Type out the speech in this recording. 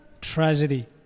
tragedy